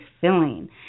filling